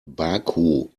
baku